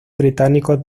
británicos